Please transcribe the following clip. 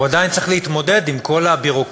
הוא עדיין צריך להתמודד עם כל הביורוקרטיה,